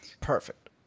Perfect